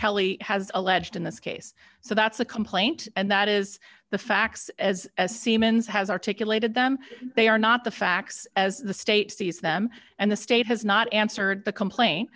kelly has alleged in this case so that's a complaint and that is the facts as a seaman's has articulated them they are not the facts as the state sees them and the state has not answered the complain